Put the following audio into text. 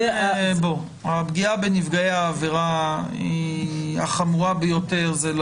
הפגיעה בנפגעי העבירה החמורה ביותר היא